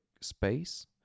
space